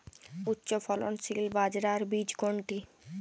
উচ্চফলনশীল বাজরার বীজ কোনটি?